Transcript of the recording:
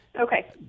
Okay